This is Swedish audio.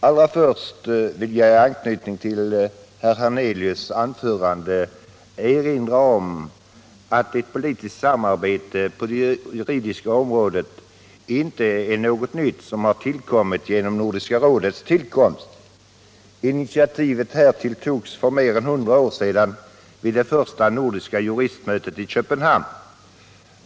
Allra först vill jag i anslutning till herr Hernelius anförande erinra om att politiskt samarbete på det juridiska området inte är något nytt i och med Nordiska rådets tillkomst. Initiativet därtill togs för mer än 100 år sedan vid det första nordiska juristmötet i Köpenhamn.